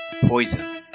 poison